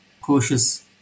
cautious